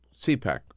CPAC